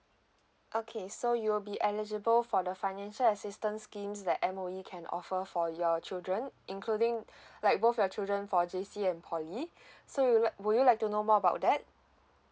okay so you will be eligible for the financial assistance schemes that M_O_E can offer for your children including like both your children for J_C and poly so you like would you like to know more about that